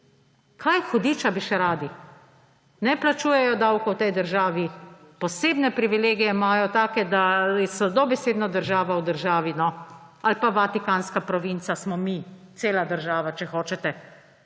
Kaj hudiča bi še radi? Ne plačujejo davkov v tej državi, posebne privilegije imajo, take da so dobesedno država v državi, no, ali pa vatikanska provinca smo mi, cela država, če hočete,